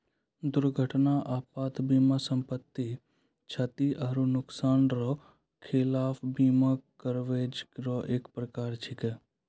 दुर्घटना आपात बीमा सम्पति, क्षति आरो नुकसान रो खिलाफ बीमा कवरेज रो एक परकार छैकै